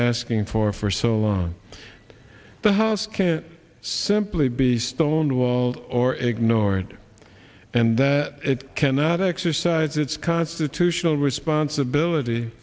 asking for for so long the house can't simply be stonewalled or ignored and it cannot exercise its constitutional responsibility